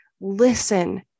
listen